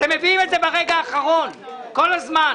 אתם מביאים את זה ברגע האחרון כל הזמן,